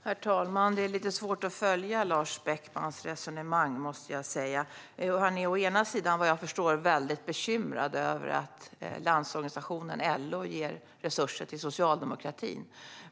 Herr talman! Det är lite svårt att följa Lars Beckmans resonemang, måste jag säga. Han är vad jag förstår väldigt bekymrad över att Landsorganisationen, LO, ger resurser till socialdemokratin.